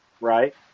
right